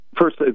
first